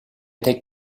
tek